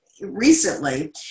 recently